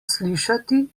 slišati